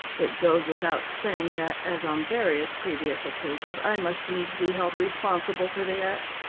it goes without saying that, as on various previous occasions, i must needs be held responsible for the act.